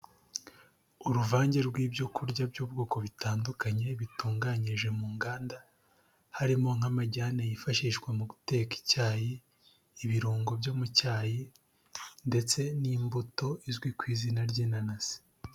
Uruvange rw'ibyo kurya by'ubwoko bitandukanye bitunganyije mu nganda, harimo nk'amajyane yifashishwa mu guteka icyayi, ibirungo byo mu cyayi ndetse n'imbuto izwi ku izina ry'inanasi.